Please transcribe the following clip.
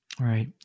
Right